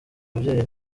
ababyeyi